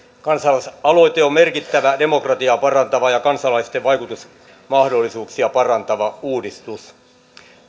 kansalaisaloite on merkittävä demokratiaa parantava ja kansalaisten vaikutusmahdollisuuksia parantava uudistus